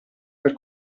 per